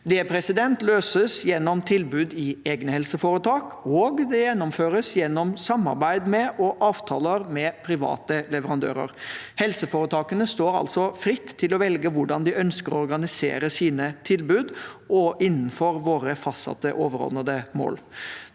rekke. Det løses gjennom tilbud i egne helseforetak, og det gjennomføres gjennom samarbeid og avtaler med private leverandører. Helseforetakene står altså fritt til å velge hvordan de ønsker å organisere sine tilbud, innenfor våre fastsatte overordnede mål.